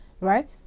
right